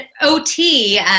OT –